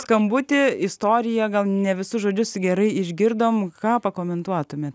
skambutį istorija gal ne visus žodžius gerai išgirdom ką pakomentuotumėte